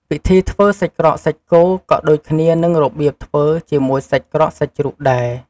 វិធីធ្វើសាច់ក្រកសាច់គោ ក៏ដូចគ្នានឺងរបៀបធ្វើជាមួយសាច់ក្រកសាច់ជ្រូកដែរ។